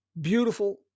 beautiful